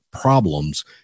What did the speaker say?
problems